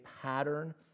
pattern